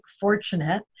fortunate